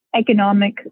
economic